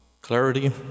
clarity